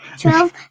twelve